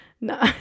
No